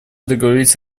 договорились